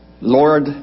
Lord